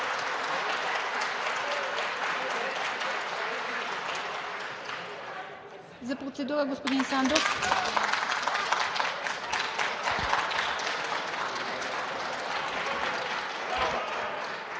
За процедура – господин Сандов.